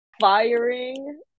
firing